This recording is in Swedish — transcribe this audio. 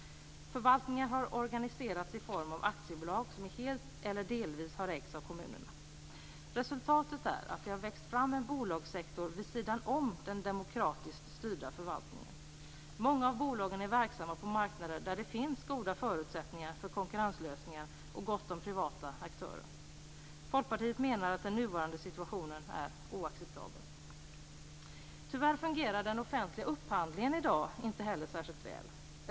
Förvaltningar har organiserats i form av aktiebolag som helt eller delvis har ägts av kommunerna. Resultatet är att det har växt fram en bolagssektor vid sidan om den demokratiskt styrda förvaltningen. Många av bolagen är verksamma på marknader där det finns goda förutsättningar för konkurrenslösningar och gott om privata aktörer. Folkpartiet menar att den nuvarande situationen är oacceptabel. Tyvärr fungerar den offentliga upphandlingen i dag inte heller särskilt väl.